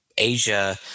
Asia